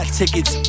tickets